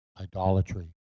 idolatry